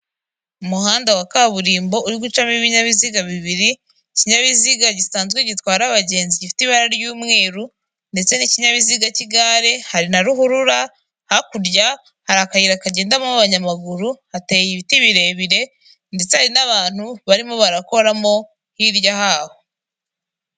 Umuhanda wa kaburimbo uri gucamo ibinyabiziga bibiri; ikinyabiziga gisanzwe gitwara abagenzi gifite ibara ry'umweru, ndetse n'ikinyabiziga cy'igare, hari na ruhurura, hakurya hari akayira kagendamo abanyamaguru, hateye ibiti birebire, ndetse hari n'abantu barimo barakoramo, hirya haho.